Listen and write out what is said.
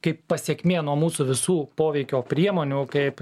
kaip pasekmė nuo mūsų visų poveikio priemonių kaip